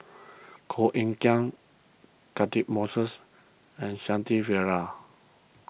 Koh Eng Kian Catchick Moses and Shanti Pereira